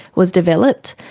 was developed,